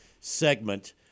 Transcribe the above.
segment